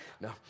No